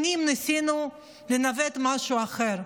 שנים ניסינו לנווט משהו אחר,